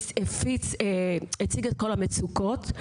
הציג את כל המצוקות.